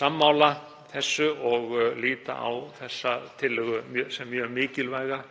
sammála þessu og líti á þessa tillögu sem mjög mikilvæga,